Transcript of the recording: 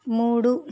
మూడు